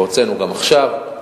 והוצאנו גם עכשיו.